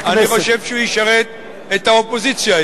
אני חושב שהוא ישרת את האופוזיציה היטב.